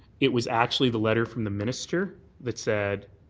it was actually the lett from the minister that said,